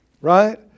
Right